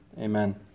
Amen